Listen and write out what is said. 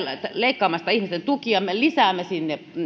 leikkaamassa ihmisten tukia me lisäämme sinne